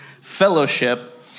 fellowship